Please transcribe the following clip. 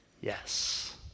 Yes